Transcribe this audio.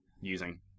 using